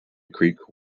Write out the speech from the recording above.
creek